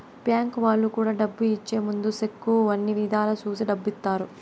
bank వాళ్ళు కూడా డబ్బు ఇచ్చే ముందు సెక్కు అన్ని ఇధాల చూసి డబ్బు ఇత్తారు